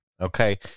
okay